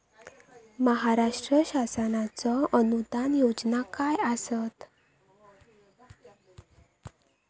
महाराष्ट्र शासनाचो अनुदान योजना काय आसत?